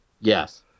Yes